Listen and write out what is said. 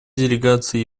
делегация